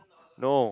no